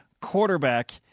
quarterback